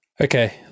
Okay